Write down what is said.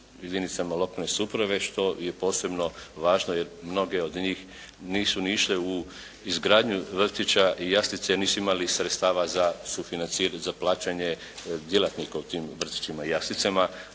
jedinicama lokalne samouprave što je posebno važno jer mnoge od njih nisu ni išle u izgradnju vrtića i jaslica jer nisu imali sredstava za, za plaćanje djelatnika u tim vrtićima i jaslicama